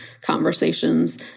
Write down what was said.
conversations